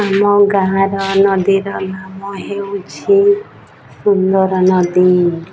ଆମ ଗାଁର ନଦୀର ନାମ ହେଉଛି ସୁନ୍ଦର ନଦୀ